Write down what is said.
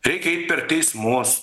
reikia eit per teismus